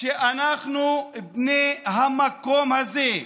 שאנחנו בני המקום הזה,